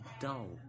dull